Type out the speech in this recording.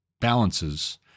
balances